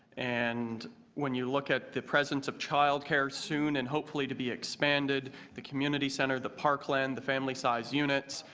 and when you look at the presence of child care soon and hopefully to be expanded, the community center, the park land, the family sized units,